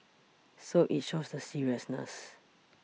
so it shows the seriousness